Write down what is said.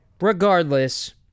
regardless